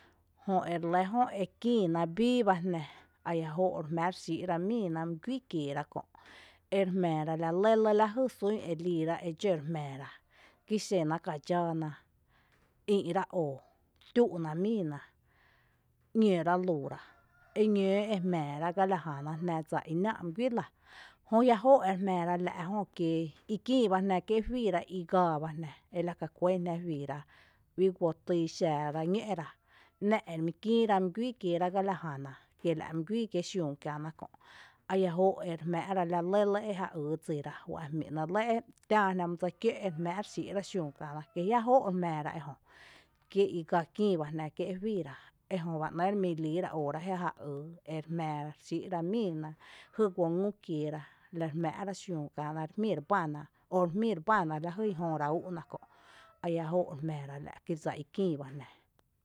Jö ere lɇ jö e kïïna bíi ba jná a jia’ jóo’ re jmⱥⱥ’ re xíi’ra mý guíi kieera kö’ ere jmⱥⱥra la lɇ lɇ e liira e dxǿ ere jmⱥⱥra kí xena ka dxáaná ïï’rá oo, tü’ ná míiná, ´ñǿrá lúurá, eñǿǿ e jmⱥⱥra jná gala jana dsa i náa’ mý guíi lⱥ jö jia’ jó’ ere jmⱥⱥra la’ jö kíi bá i kié’ juiira igaa bá jná el aka kuɇn jná juiira kí guoo týy xara ñǿ’rá ´ná’ ere mí kïïra my guíi kieera gala jäna kie la’ mý guíi kiee’ xiüü kiⱥná kö’ ajia’ jóo’ ere jmaara e la lɇ lɇ e ja yy dsira juá’n jmíi’ ‘nɇɇ’ e tⱥⱥ jná mý sý kiǿ’ ere jmá’ re xíira xiüü kiena kí jia’ jóo’ re jmⱥⱥra ejö kí i gaa kïï ba jná kie’ juiira ejö ba ‘née’ ere mi líira óora jé ja yy ere jmⱥⱥra re xíi’rá míiná jy guó ngü kieera re jmⱥⱥra xiüü kiena, re jmí re bana o re jmí re bána la lajyn jööra ú’u’ ná kö’, ajia’ jóo’ re jmⱥⱥra la’ kí dsa i kïï bá jna.